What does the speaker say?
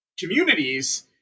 communities